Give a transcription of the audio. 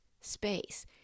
space